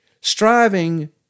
Striving